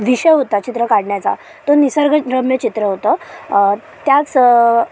विषय होता चित्र काढण्याचा तो निसर्गरम्य चित्र होतं त्याच